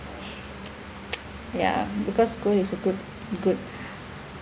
ya because gold is a good good